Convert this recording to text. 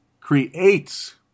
creates